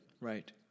Right